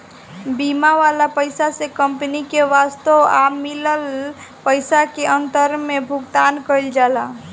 बीमा वाला पइसा से कंपनी के वास्तव आ मिलल पइसा के अंतर के भुगतान कईल जाला